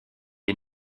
est